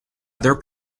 other